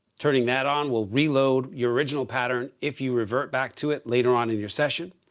turning that on will reload your original pattern if you revert back to it later on in your session